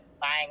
buying